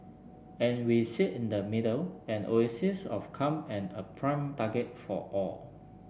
and we sit in the middle an oasis of calm and a prime target for all